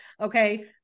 Okay